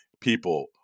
people